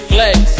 Flex